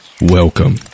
welcome